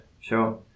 sure